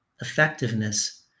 effectiveness